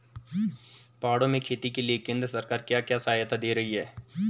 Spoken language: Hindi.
पहाड़ों में खेती के लिए केंद्र सरकार क्या क्या सहायता दें रही है?